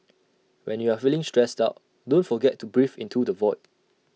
when you are feeling stressed out don't forget to breathe into the void